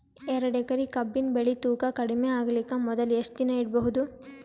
ಎರಡೇಕರಿ ಕಬ್ಬಿನ್ ಬೆಳಿ ತೂಕ ಕಡಿಮೆ ಆಗಲಿಕ ಮೊದಲು ಎಷ್ಟ ದಿನ ಇಡಬಹುದು?